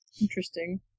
Interesting